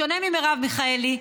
בשונה ממרב מיכאלי,